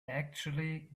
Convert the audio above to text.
actually